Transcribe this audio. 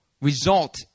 result